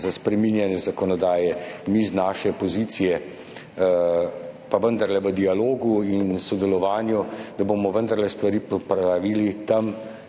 za spreminjanje zakonodaje, mi s svoje pozicije, pa vendarle v dialogu in sodelovanju – stvari popravili tam,